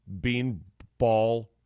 beanball